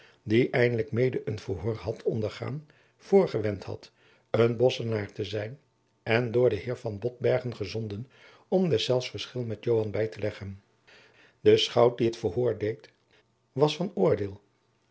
de pleegzoon mede een verhoor had ondergaan voorgewend had een bosschenaar te zijn en door den heer van botbergen gezonden om deszelfs verschil met joan bij te leggen de schout die het verhoor deed was van oordeel